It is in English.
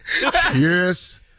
Yes